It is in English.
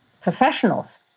professionals